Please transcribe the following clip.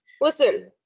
Listen